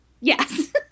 yes